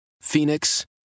Phoenix